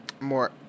more